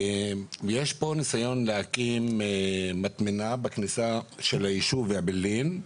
יש פה ניסיון להקים מטמנה בכניסה לישוב אעבלין,